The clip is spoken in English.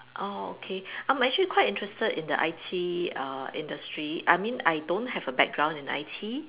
oh okay I'm actually quite interested in the I_T uh industry I mean I don't have a background in I_T